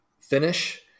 finish